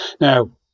Now